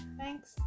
Thanks